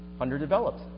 underdeveloped